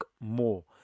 more